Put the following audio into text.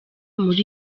muri